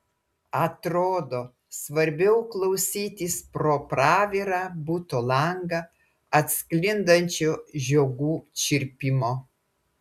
atrodo svarbiau klausytis pro pravirą buto langą atsklindančio žiogų čirpimo